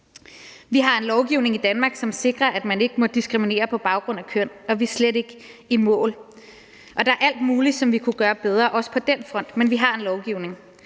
Danmark en lovgivning, som sikrer, at man ikke må diskriminere på baggrund af køn, men vi er slet ikke i mål. Der er alt muligt, som vi kunne gøre bedre, også på den front, men vi har en lovgivning.